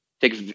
take